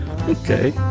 Okay